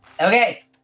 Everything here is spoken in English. Okay